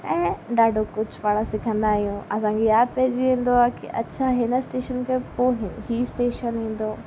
ऐं ॾाढो कुझु पाण सिखंदा आहियूं असांजी यादि पहिजी वेंदो आहे की अच्छा हिन स्टेशन ते पोइ हीअ स्टेशन ईंदो